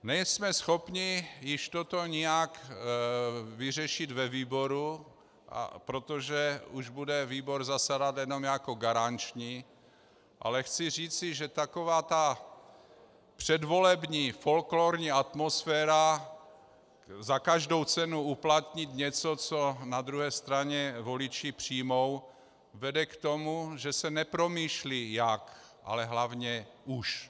Nejsme schopni již toto nijak vyřešit ve výboru, protože už bude výbor zasedat jenom jako garanční, ale chci říci, že taková ta předvolební folklórní atmosféra za každou cenu uplatnit něco, co na druhé straně voliči přijmou, vede k tomu, že se nepromýšlí jak, ale hlavně už.